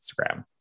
Instagram